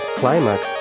climax